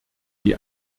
die